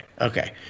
okay